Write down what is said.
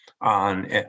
on